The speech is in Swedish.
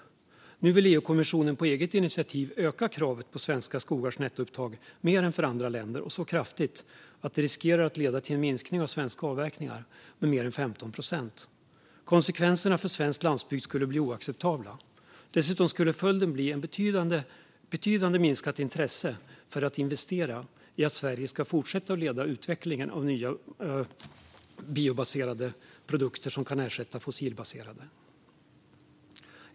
Nu vill EU-kommissionen på eget initiativ öka kravet på svenska skogars nettoupptag mer än för andra länder, så kraftigt att det riskerar att leda till en minskning av svenska avverkningar med mer än 15 procent. Konsekvenserna för svensk landsbygd skulle bli oacceptabla. Dessutom skulle följden bli ett betydande minskat intresse av att investera i att Sverige ska fortsätta att leda utvecklingen av nya biobaserade produkter som kan ersätta fossilbaserade.